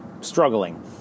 struggling